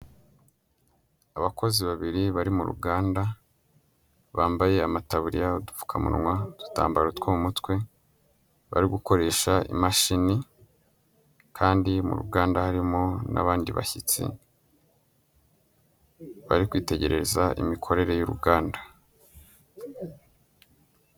Abakozi babiri bari mu ruganda bambaye amataburiya n'udupfukamunwa, udutambaro two mutwe, bari gukoresha imashini kandi muganda harimo n'abandi bashyitsi bari kwitegereza imikorere y'uruganda.